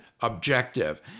objective